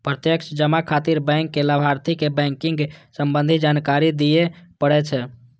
प्रत्यक्ष जमा खातिर बैंक कें लाभार्थी के बैंकिंग संबंधी जानकारी दियै पड़ै छै